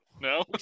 No